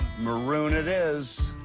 maroon it is.